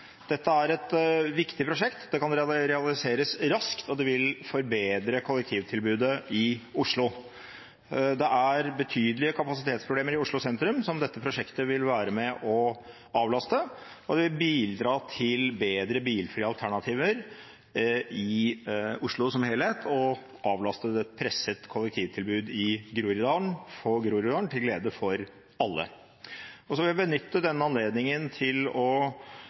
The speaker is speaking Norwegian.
Dette er et viktig prosjekt. Det kan realiseres raskt, og det vil forbedre kollektivtilbudet i Oslo. Det er betydelige kapasitetsproblemer i Oslo sentrum, som dette prosjektet vil være med og avlaste, og det vil bidra til bedre bilfrie alternativer i Oslo som helhet, og avlaste et presset kollektivtilbud i Groruddalen, til glede for alle. Så vil jeg benytte anledningen til i denne sammenhengen å